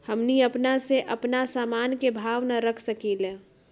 हमनी अपना से अपना सामन के भाव न रख सकींले?